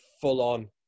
full-on